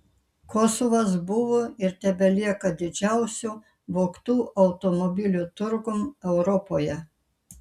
kosovas buvo ir tebelieka didžiausiu vogtų automobilių turgum europoje